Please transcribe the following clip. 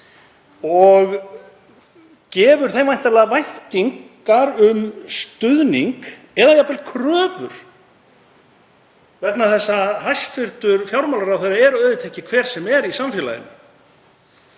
og gefur þeim væntanlega væntingar um stuðning eða jafnvel kröfur, vegna þess að hæstv. fjármálaráðherra er auðvitað ekki hver sem er í samfélaginu.